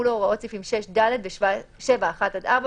יחולו הוראות סעיפים 6(ד) ו-7(1) עד (4),